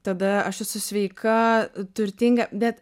tada aš esu sveika turtinga bet